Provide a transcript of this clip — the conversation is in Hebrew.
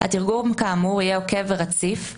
התרגום כאמור יהיה עוקב ורציף ,